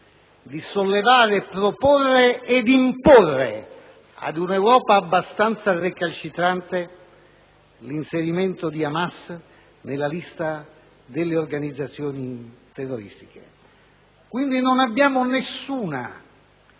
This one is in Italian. di sollevare, proporre ed imporre ad un'Europa abbastanza recalcitrante l'inserimento di Hamas nella lista delle organizzazioni terroristiche. Non abbiamo quindi